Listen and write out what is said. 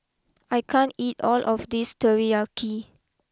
I can't eat all of this Teriyaki